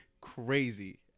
crazy